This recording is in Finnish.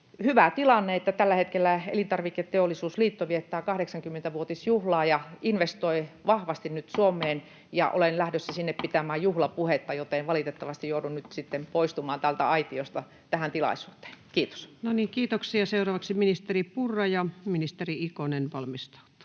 Hyvä tilanne on, että tällä hetkellä Elintarviketeollisuusliitto viettää 80-vuotisjuhlaa ja investoi vahvasti nyt Suomeen. Olen lähdössä sinne pitämään juhlapuhetta, joten valitettavasti joudun nyt poistumaan täältä aitiosta tähän tilaisuuteen. — Kiitos. [Speech 165] Speaker: Ensimmäinen varapuhemies